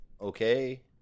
okay